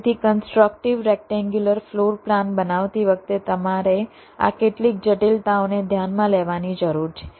તેથી constructive rectangular floor plan બનાવતી વખતે તમારે આ કેટલીક જટિલતાઓને ધ્યાનમાં લેવાની જરૂર છે